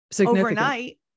overnight